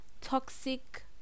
toxic